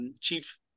chief